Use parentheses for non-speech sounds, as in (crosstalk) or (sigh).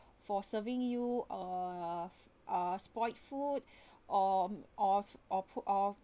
for serving you err uh spoiled food (breath) or of or put off